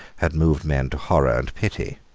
had moved men to horror and pity.